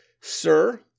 Sir